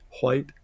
white